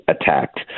attacked